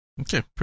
Okay